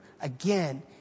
again